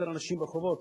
יותר אנשים ברחובות.